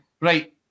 Right